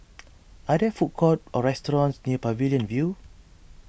are there food courts or restaurants near Pavilion View